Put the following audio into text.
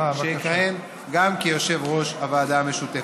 שיכהן גם כיושב-ראש הוועדה המשותפת.